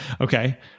Okay